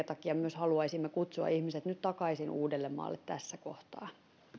takia haluaisimme kutsua ihmiset nyt takaisin uudellemaalle tässä kohtaa